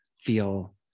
feel